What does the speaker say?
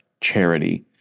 charity